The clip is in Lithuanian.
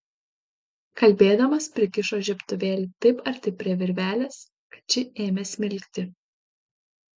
kalbėdamas prikišo žiebtuvėlį taip arti prie virvelės kad ši ėmė smilkti